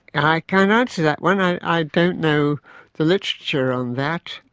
i can't answer that one, i don't know the literature on that.